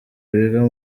biga